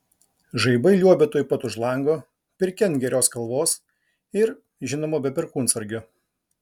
žaibai liuobia tuoj pat už lango pirkia ant geros kalvos ir žinoma be perkūnsargio